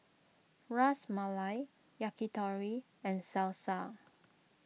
Ras Malai Yakitori and Salsa